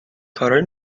کارای